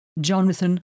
Jonathan